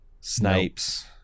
snipes